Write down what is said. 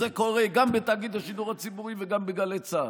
זה קורה גם בתאגיד השידור הציבורי וגם בגלי צה"ל.